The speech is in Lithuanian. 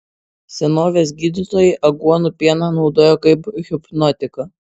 senovės gydytojai aguonų pieną naudojo kaip hipnotiką